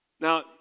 Now